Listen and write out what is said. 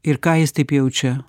ir ką jis taip jaučia